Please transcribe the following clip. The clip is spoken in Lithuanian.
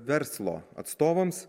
verslo atstovams